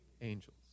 Angels